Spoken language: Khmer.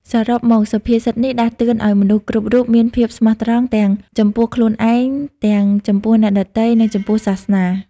សរុបមកសុភាសិតនេះដាស់តឿនឱ្យមនុស្សគ្រប់រូបមានភាពស្មោះត្រង់ ទាំងចំពោះខ្លួនឯង ទាំងចំពោះអ្នកដទៃ និងចំពោះសាសនា។